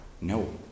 No